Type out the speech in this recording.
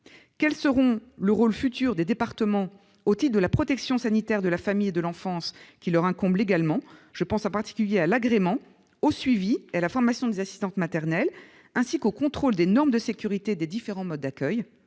Quel sera le rôle futur des départements au titre de la protection sanitaire de la famille et de l'enfance qui leur incombe légalement- je pense en particulier à l'agrément, au suivi et à la formation des assistantes maternelles, ainsi qu'au contrôle des normes de sécurité des différents modes d'accueil